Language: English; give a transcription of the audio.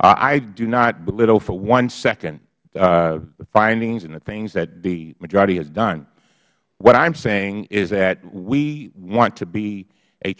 i do not belittle for one second the findings and the things that the majority has done what i am saying is that we want to be a